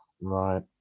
right